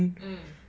mm